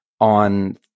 on